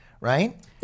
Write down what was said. right